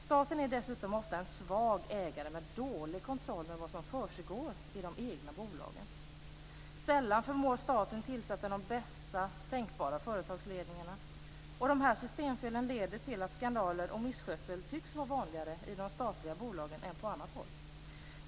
Staten är dessutom ofta en svag ägare med dålig kontroll på vad som försiggår i de egna bolagen. Sällan förmår staten tillsätta de bästa tänkbara företagsledningarna. Dessa systemfel leder till att skandaler och misskötsel tycks vara vanligare i de statliga bolagen än på annat håll.